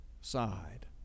side